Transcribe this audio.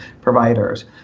providers